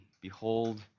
behold